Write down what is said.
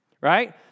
right